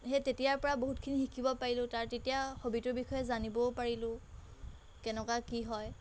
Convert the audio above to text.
সেই তেতিয়া পৰা বহুতখিনি শিকিব পাৰিলোঁ তেতিয়া হবীটোৰ বিষয়ে জানিবও পাৰিলোঁ কেনেকুৱা কি হয়